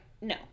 No